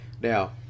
Now